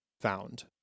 found